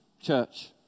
church